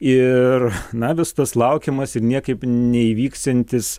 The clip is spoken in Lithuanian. ir na vis tas laukiamas ir niekaip neįvyksiantis